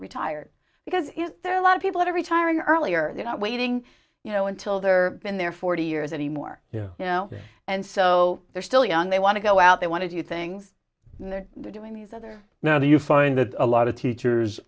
retired because there are a lot of people who are retiring early or they're not waiting you know until they're in their forty years anymore yeah you know and so they're still young they want to go out they want to do things and they're doing these other now do you find that a lot of teachers